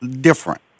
different